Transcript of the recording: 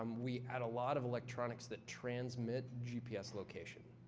um we had a lot of electronics that transmit gps location.